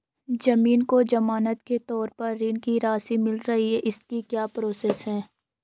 ज़मीन को ज़मानत के तौर पर ऋण की राशि मिल सकती है इसकी क्या प्रोसेस है?